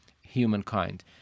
humankind